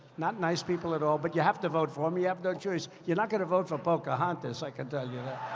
not nice people at all. but you have to vote for me you have no choice. you're not going to vote for pocahontas, i can tell you that.